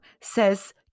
says